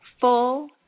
full